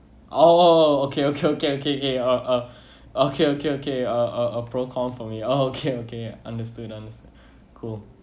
oh okay okay okay okay kay kay uh uh okay okay okay uh uh uh pro-comm for me okay okay understood understood cool